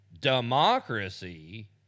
democracy